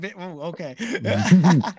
Okay